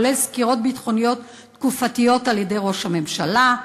כולל סקירות ביטחוניות תקופתיות על-ידי ראש הממשלה.